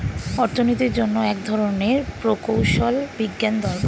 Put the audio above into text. অর্থনীতির জন্য এক ধরনের প্রকৌশল বিজ্ঞান দরকার